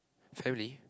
family